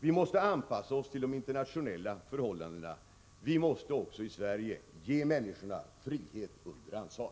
Vi måste anpassa oss till de internationella förhållandena. Vi måste också i Sverige ge människorna frihet under ansvar.